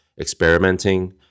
experimenting